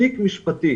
תיק משפטי